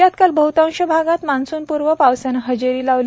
राज्यात काल बहतांश भागात मान्सूनपूर्व पावसानं हजेरी लावली